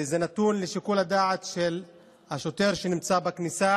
וזה נתון לשיקול הדעת של השוטר שנמצא בכניסה.